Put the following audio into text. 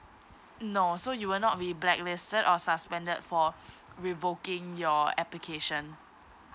no so you will not be black listed or suspended for revoking your application